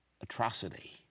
atrocity